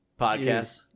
podcast